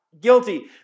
Guilty